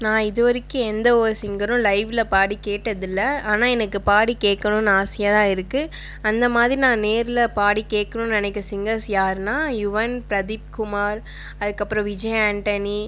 நான் இது வரைக்கும் எந்த ஒரு சிங்கரும் லைவில் பாடி கேட்டதில்லை ஆனால் எனக்கு பாடி கேட்கணுனு ஆசையாக தான் இருக்குது அந்த மாதிரி நான் நேரில் பாடி கேட்கணுனு நினைக்க சிங்கர்ஸ் யாருனா யுவன் ப்ரதீப்குமார் அதுக்கப்புறம் விஜய் ஆண்டனி